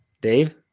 Dave